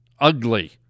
ugly